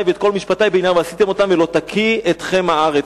ואת כל משפטי ועשיתם אותם ולא תקיא אתכם הארץ.